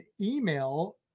email